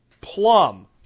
plum